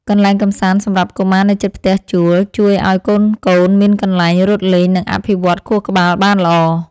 កន្លែងកម្សាន្តសម្រាប់កុមារនៅជិតផ្ទះជួលជួយឱ្យកូនៗមានកន្លែងរត់លេងនិងអភិវឌ្ឍខួរក្បាលបានល្អ។